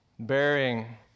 Bearing